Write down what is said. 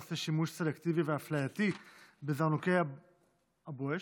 בנושא שימוש סלקטיבי ואפלייתי בזרנוקי הבואש,